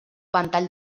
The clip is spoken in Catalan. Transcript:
ventall